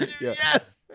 Yes